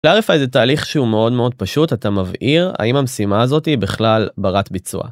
לאריפה זה תהליך שהוא מאוד מאוד פשוט, אתה מבעיר האם המשימה הזאת היא בכלל ברת ביצוע.